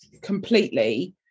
completely